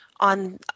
on